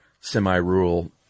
semi-rural